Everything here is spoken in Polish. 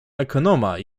ekonoma